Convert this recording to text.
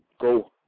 go